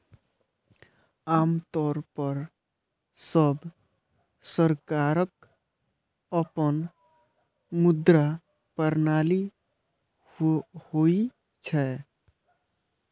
आम तौर पर सब सरकारक अपन मुद्रा प्रणाली होइ छै